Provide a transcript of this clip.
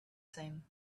same